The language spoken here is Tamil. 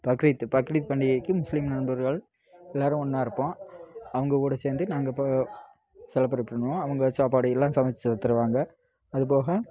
பக்ரீத்து பக்ரீத் பண்டிகைக்கு முஸ்லீம் நண்பர்கள் எல்லோரும் ஒன்றா இருப்போம் அவங்க கூட சேர்ந்து நாங்கள் இப்போது செலப்ரேட் பண்ணுவோம் அவங்க சாப்பாடு எல்லாம் சமைச்சு தந்துருவாங்க அதுபோக